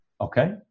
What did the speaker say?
Okay